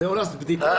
צודק.